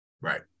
right